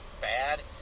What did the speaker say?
bad